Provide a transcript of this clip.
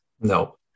No